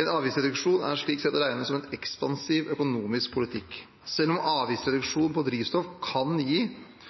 En avgiftsreduksjon er slik sett regnet som en ekspansiv økonomisk politikk. Selv om avgiftsreduksjon på drivstoff kan gi